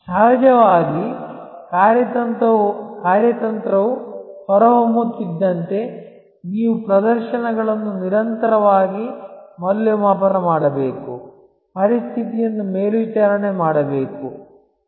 ಸಹಜವಾಗಿ ಕಾರ್ಯತಂತ್ರವು ಹೊರಹೊಮ್ಮುತ್ತಿದ್ದಂತೆ ನೀವು ಪ್ರದರ್ಶನಗಳನ್ನು ನಿರಂತರವಾಗಿ ಮೌಲ್ಯಮಾಪನ ಮಾಡಬೇಕು ಪರಿಸ್ಥಿತಿಯನ್ನು ಮೇಲ್ವಿಚಾರಣೆ ಮಾಡಬೇಕು